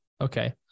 Okay